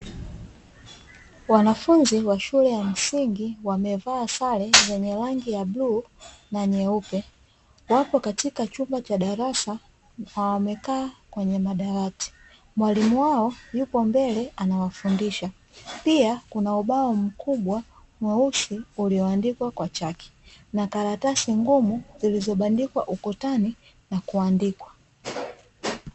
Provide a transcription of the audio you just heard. Wanafunzi wa shule ya msingi wamevaa sare zenye rangi ya bluu na nyeupe. Wapo katika chumba cha darasa na wamekaa kwenye madawati. Mwalimu wao yupo mbele anawafundisha. Pia kuna ubao mkubwa mweusi ulioandikwa kwa chaki, na karatasi ngumu zilizobandikwa ukutani na kuandikwa.